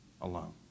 alone